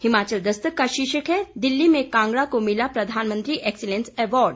हिमाचल दस्तक का शीर्षक है दिल्ली में कांगड़ा को भिला प्रधानमंत्री एक्सीलेंस अवॉर्ड